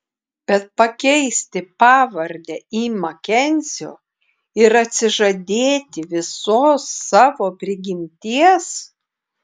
bet pakeisti pavardę į makenzio ir atsižadėti visos savo prigimties